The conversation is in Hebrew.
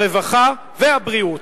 הרווחה והבריאות.